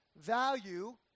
value